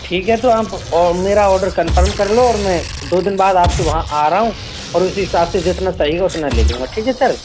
ठीक है तो आप और मेरा ओडर कंफर्म कर लो और मैं दो दिन बाद आपके वहाँ आ रहा हूँ और उसी हिसाब से जीतना चाहिएगा उतना ले लूंगा ठीक है सर